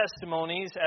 testimonies